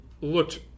looked